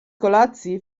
kolacji